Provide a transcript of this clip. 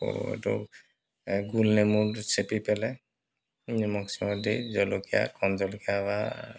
এইটো গোল নেমুটো চেপি পেলাই নিমখ চিমখ দি জলকীয়া কণ জলকীয়া বা